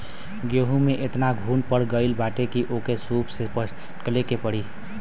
गेंहू में एतना घुन पड़ गईल बाटे की ओके सूप से फटके के पड़ी